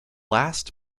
last